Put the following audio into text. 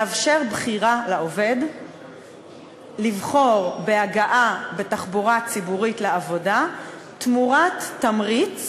לאפשר לעובד לבחור בהגעה בתחבורה ציבורית לעבודה תמורת תמריץ